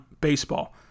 baseball